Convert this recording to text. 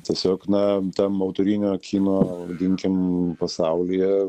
tiesiog na tam autorinio kino vadinkim pasaulyje